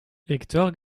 hector